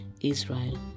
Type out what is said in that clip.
Israel